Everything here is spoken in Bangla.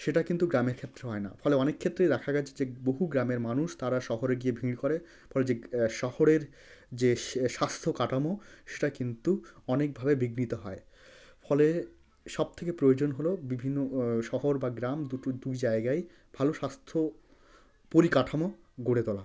সেটা কিন্তু গ্রামের ক্ষেত্রে হয় না ফলে অনেকক্ষেত্রেই দেখা গিয়েছে যে বহু গ্রামের মানুষ তারা শহরে গিয়ে ভিড় করে ফলে যে শহরের যে স্বাস্থ্য কাঠামো সেটা কিন্তু অনেকভাবে বিঘ্নিত হয় ফলে সব থেকে প্রয়োজন হল বিভিন্ন শহর বা গ্রাম দুটো দুই জায়গায় ভালো স্বাস্থ্য পরিকাঠামো গড়ে তোলা